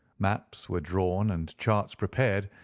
maps were drawn and charts prepared,